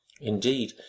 indeed